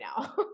now